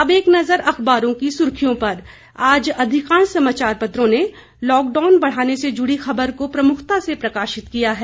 अब एक नजर अखबारों की सुर्खियों पर आज अधिकांश समाचार पत्रों ने लॉकडाउन बढ़ाने से जुड़ी खबर को प्रमुखता से प्रकाशित किया है